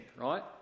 right